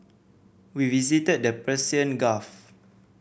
we visited the Persian Gulf